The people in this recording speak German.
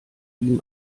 ihm